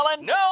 No